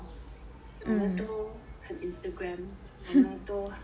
我们都很 Instagram 我们都很